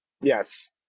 yes